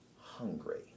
hungry